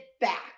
back